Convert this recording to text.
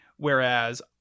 Whereas